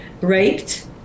raped